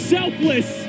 Selfless